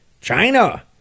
China